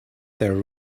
their